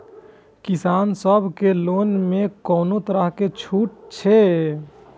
किसान सब के लोन में कोनो तरह के छूट हे छे?